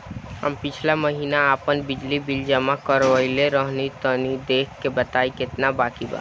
हम पिछला महीना आपन बिजली बिल जमा करवले रनि तनि देखऽ के बताईं केतना बाकि बा?